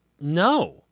no